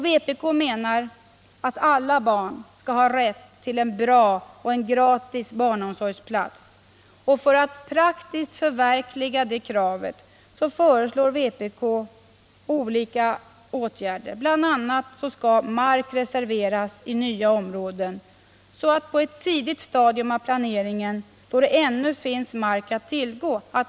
Vpk menar att alla barn skall ha rätt till en bra och gratis barnomsorgsplats. För att praktiskt förverkliga det kravet föreslår vpk olika åtgärder. BI. a. skall mark reserveras för barnomsorgen i nya områden på ett så tidigt stadium av planeringen att det ännu finns mark att tillgå.